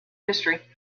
history